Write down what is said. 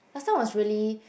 last time was really